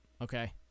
okay